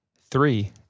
three